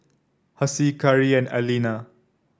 Hassie Kari and Aleena